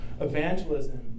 Evangelism